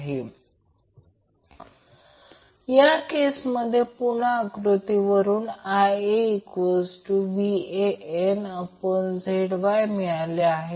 तर या केसमध्ये पुन्हा आकृतीवरून आपल्याला IaVanZY मिळाले आहे